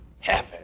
heaven